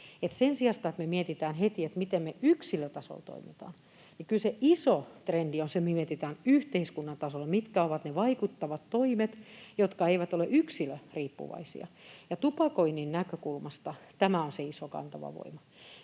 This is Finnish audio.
sen sijasta, että me mietitään heti, miten me yksilötasolla toimitaan, niin kyllä se iso trendi on se, että mietitään yhteiskunnan tasolla, mitkä ovat ne vaikuttavat toimet, jotka eivät ole yksilöriippuvaisia. Ja tupakoinnin näkökulmasta tämä on se iso kantava voima.